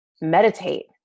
meditate